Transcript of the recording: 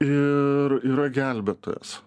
ir yra gelbėtojas